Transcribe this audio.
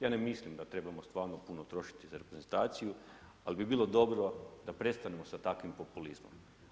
Ja ne mislim da trebamo stvarno puno trošiti za reprezentaciju, ali bi bilo dobro da prestanemo sa takvim populizmom.